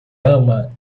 ama